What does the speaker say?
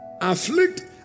afflict